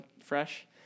fresh